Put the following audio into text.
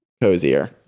cozier